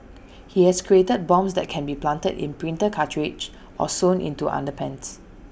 he has created bombs that can be planted in printer cartridges or sewn into underpants